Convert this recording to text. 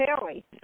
Haley